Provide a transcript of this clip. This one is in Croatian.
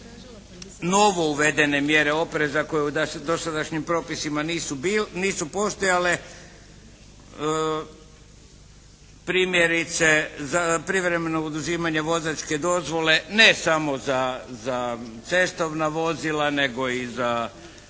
novouvedene mjere opreza koje u dosadašnjim propisima nisu postojale, primjerice za privremeno oduzimanje vozačke dozvole ne samo za cestovna vozila nego i za